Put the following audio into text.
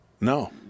No